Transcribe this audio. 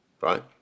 Right